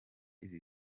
ibi